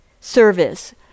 service